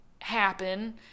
happen